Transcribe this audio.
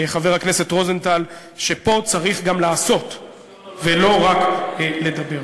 חבר הכנסת רוזנטל, שפה צריך לעשות ולא רק לדבר.